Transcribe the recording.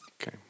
Okay